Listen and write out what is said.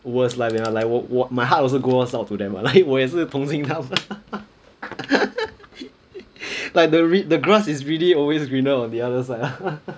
worst like like 我我 my heart also goes out to them lah like 我也是同情他们 like the read the grass is really always greener on the other side lah